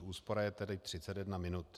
Úspora je tedy 31 minut.